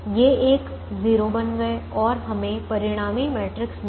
ये एक 0 बन गए और हमें परिणामी मैट्रिक्स मिला